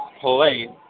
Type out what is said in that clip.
play